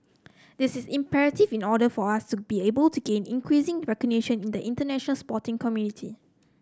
this is imperative in order for us to be able to gain increasing recognition in the international sporting community